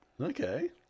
Okay